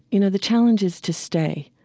you know, the challenge is to stay.